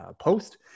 post